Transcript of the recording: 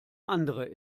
andere